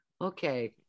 okay